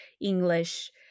English